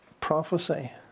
prophecy